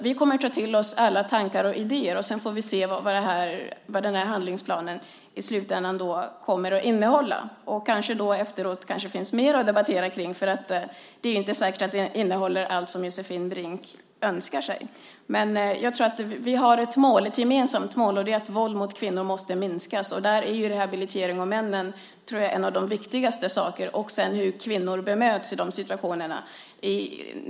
Vi kommer att ta till oss alla tankar och idéer, och sedan får vi se vad handlingsplanen i slutändan kommer att innehålla. Efteråt finns det kanske ytterligare saker att debattera, för det är inte säkert att den kommer att innehålla allt det som Josefin Brink önskar sig. Vi har ett gemensamt mål, och det är att våldet mot kvinnor måste minska. Där tror jag att rehabiliteringen av männen är en av de viktigaste sakerna, liksom hur kvinnor bemöts i dessa situationer.